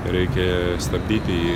reikia stabdyti jį